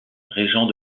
régent